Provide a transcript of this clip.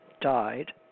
died